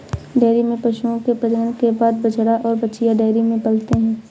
dairy में पशुओं के प्रजनन के बाद बछड़ा और बाछियाँ डेयरी में पलते हैं